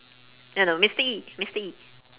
eh no mister E mister E